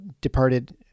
departed